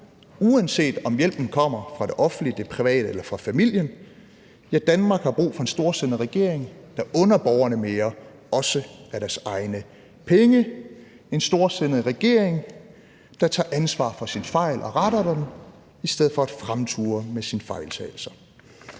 uanset om hjælpen kommer fra det offentlige, det private eller familien. Ja, Danmark har brug for et storsindet regering, der under borgerne mere, også af deres egne penge, en storsindet regering, der tager ansvar for sine fejl og retter dem i stedet for at fremture med sine fejltagelser.